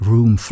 Room